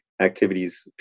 activities